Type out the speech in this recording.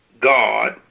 God